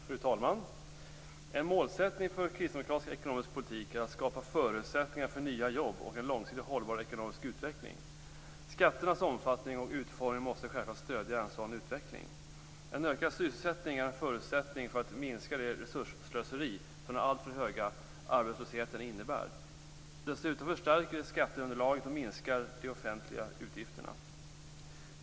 Fru talman! En målsättning för kristdemokratisk ekonomisk politik är att skapa förutsättningar för nya jobb och en långsiktigt hållbar ekonomisk utveckling. Skatternas omfattning och utformning måste självfallet stödja en sådan utveckling. En ökad sysselsättning är en förutsättning för att minska det resursslöseri som den alltför höga arbetslösheten innebär. Dessutom förstärker det skatteunderlaget och minskar de offentliga utgifterna.